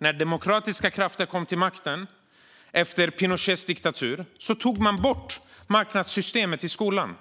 När demokratiska krafter kom till makten efter Pinochets diktatur tog man bort marknadssystemet i skolan.